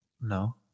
No